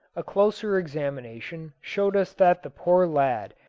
a closer examination showed us that the poor lad,